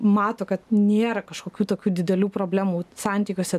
mato kad nėra kažkokių tokių didelių problemų santykiuose